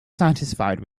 satisfied